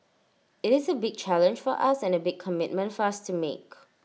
IT is A big challenge for us and A big commitment for us to make